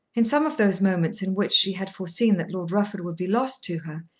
in some of those moments in which she had foreseen that lord rufford would be lost to her,